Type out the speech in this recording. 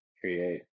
create